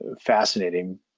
fascinating